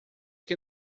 que